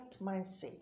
mindset